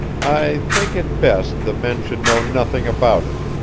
i think it best the men should know nothing about it,